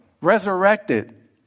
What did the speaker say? resurrected